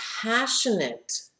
passionate